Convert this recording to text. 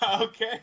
Okay